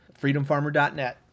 freedomfarmer.net